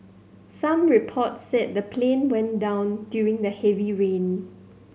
some reports said the plane went down during the heavy rain